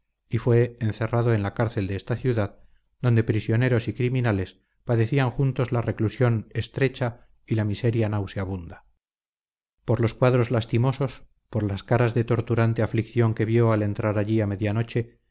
y fue encerrado en la cárcel de esta ciudad donde prisioneros y criminales padecían juntos la reclusión estrecha y la miseria nauseabunda por los cuadros lastimosos por las caras de torturante aflicción que vio al entrar allí a